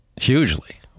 hugely